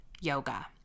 yoga